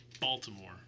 Baltimore